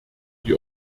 die